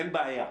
אין בעיה.